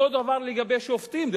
דרך אגב, אותו הדבר לגבי שופטים.